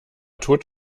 tot